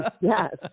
Yes